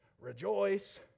rejoice